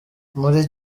muri